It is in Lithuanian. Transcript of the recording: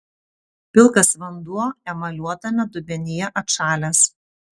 pilkas vanduo emaliuotame dubenyje atšalęs